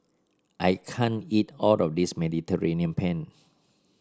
I can't eat all of this Mediterranean Penne